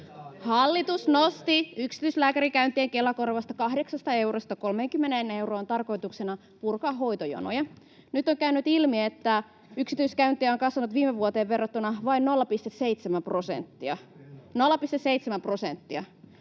Hallitus nosti yksityislääkärikäyntien Kela-korvasta kahdeksasta eurosta 30 euroon tarkoituksena purkaa hoitojonoja. Nyt on käynyt ilmi, että yksityiskäynnit ovat kasvaneet viime vuoteen verrattuna vain 0,7 prosenttia.